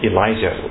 Elijah